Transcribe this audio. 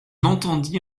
entendit